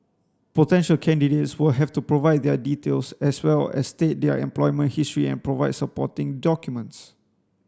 potential candidates will have to provide their details as well as state their employment history and provide supporting documents